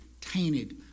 tainted